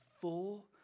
full